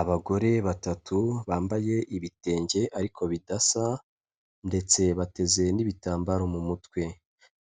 Abagore batatu bambaye ibitenge ariko bidasa ndetse bateze n'ibitambaro mu mutwe,